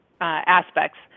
aspects